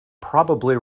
probably